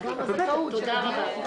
את צודקת.